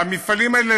והמפעלים האלה,